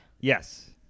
Yes